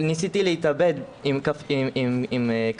ניסיתי להתאבד עם כדורים